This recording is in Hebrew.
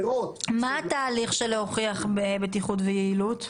מה התהליך להוכיח בטיחות ויעילות?